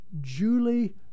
Julie